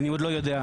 אני עוד לא יודע.